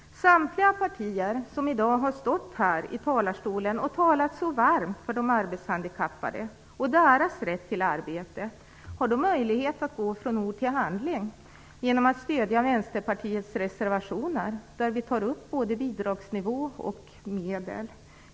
Samtliga partier som i dag har talat så varmt för de arbetshandikappade och deras rätt till arbete har då möjlighet att gå från ord till handling genom att stödja Vänsterpartiets reservationer, där vi tar upp både bidragsnivå och medel.